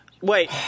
Wait